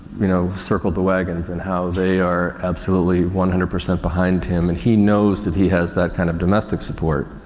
you know, circled the wagons and how they are absolutely one hundred percent behind him and he knows that he has that kind of domestic support,